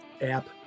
app